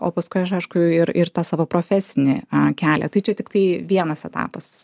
o paskui aš aišku ir ir tą savo profesinį na kelią tai čia tiktai vienas etapas